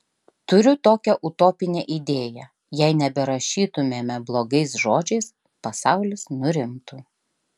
turiu tokią utopinę idėją jei neberašytumėme blogais žodžiais pasaulis nurimtų